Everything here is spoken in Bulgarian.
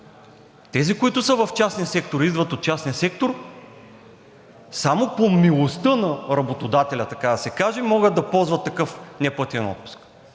Тези, които са в частния сектор и идват от частния сектор само по милостта на работодателя, така да се каже, могат да ползват такъв неплатен отпуск.